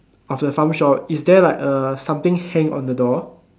of the farm shop is there like a something hang on the door